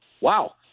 wow